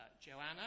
Joanna